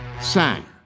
sang